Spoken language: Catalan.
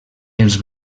els